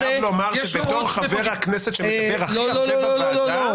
אני חייב לומר שבתור חבר הכנסת שמדבר הכי הרבה בוועדה,